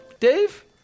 Dave